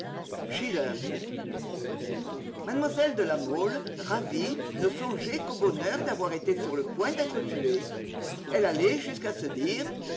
mademoiselle de la mole ravie ne songeait qu'au bonheur d'avoir été sur le point d'être tuée elle allait jusqu'à se dire